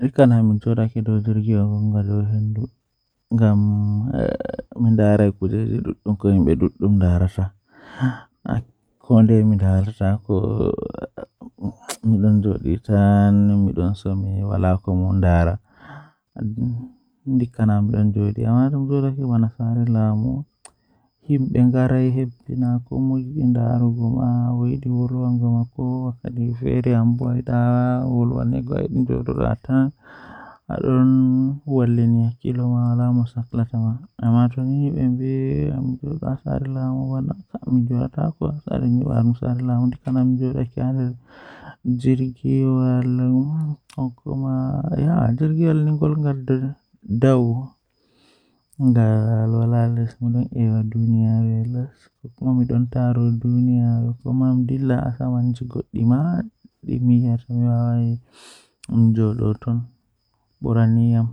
Eh ɗokam masin handi naftira be ndabbawa Ko feewi e waɗtude goɗɗe tawa e jeyaaɗe? Ko oon feewi, tawa woɗɓe ummora ɗum, ko haɓo e miijeele e haɓɓuɓe. Kono, to no ɓuri fayde e hokkunde ngoodi goɗɗi e darnde, ko oon feewi e famɗe waawɗi. E hoore mum, ɗum waɗi ko haɓɓo e laawol humɓe e dakkunde lefi ɗi na'i, tawa no woodi ɗum e sariya ndiyam tawa neɗɗo